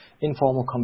informal